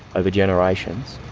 over generations,